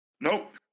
Nope